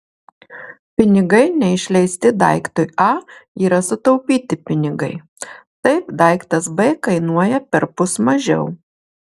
pinigai neišleisti daiktui a yra sutaupyti pinigai taip daiktas b kainuoja perpus mažiau